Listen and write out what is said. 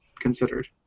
considered